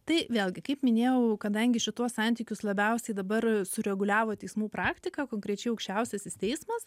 tai vėlgi kaip minėjau kadangi šituos santykius labiausiai dabar sureguliavo teismų praktika konkrečiai aukščiausiasis teismas